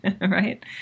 Right